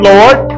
Lord